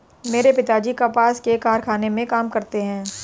मेरे पिताजी कपास के कारखाने में काम करते हैं